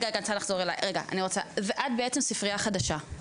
רגע, רגע, ואת בעצם ספרייה חדשה?